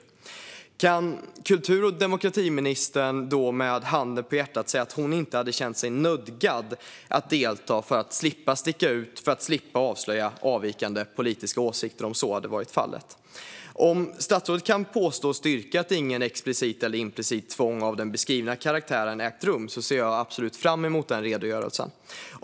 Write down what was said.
Kan kultur och demokratiministern med handen på hjärtat säga att hon inte hade känt sig nödgad att delta för att slippa sticka ut, för att slippa avslöja avvikande politiska åsikter? Om statsrådet kan påstå och styrka att inget explicit eller implicit tvång av den beskrivna karaktären ägt rum ser jag absolut fram emot den redogörelsen.